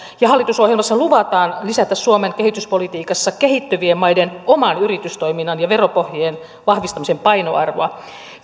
ja hallitusohjelmassa luvataan lisätä suomen kehityspolitiikassa kehittyvien maiden oman yritystoiminnan ja veropohjien vahvistamisen painoarvoa